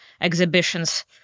exhibitions